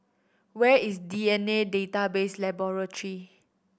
where is D N A Database Laboratory